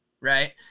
right